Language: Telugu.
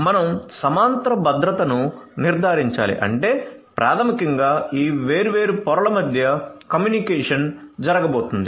మనం సమాంతర భద్రతను నిర్ధారించాలి అంటే ప్రాథమికంగా ఈ వేర్వేరు పొరల మధ్య కమ్యూనికేషన్ జరగబోతోంది